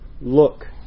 look